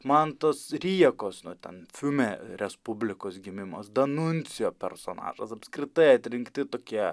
man tos rijekos nu ten fiume respublikos gimimas danuncijo personažas apskritai atrinkti tokie